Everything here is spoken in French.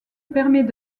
permet